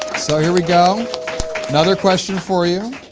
so here we go another question for you,